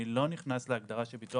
אני לא נכנס להגדרה של הביטוח הלאומי.